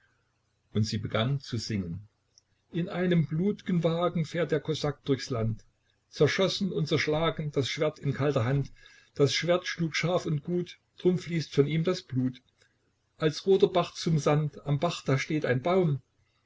und sie begann zu singen in einem blut'gen wagen fährt der kosak durchs land zerschossen und zerschlagen das schwert in kalter hand das schwert schlug scharf und gut drum fließt von ihm das blut als roter bach zum sand am bach da steht ein baum